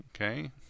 Okay